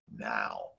now